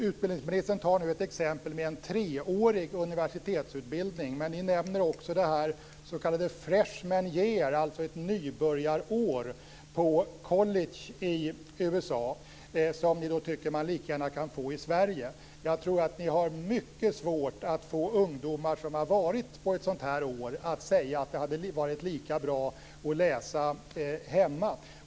Utbildningsministern nämner en treårig universitetsutbildning Även det så kallade freshman year, dvs. ett nybörjarår på college i USA, nämns som exempel på vad man lika gärna kan få i Sverige. Regeringen skulle nog få mycket svårt att få ungdomar som varit med om ett sådant här år att säga att det hade varit lika bra att läsa hemma.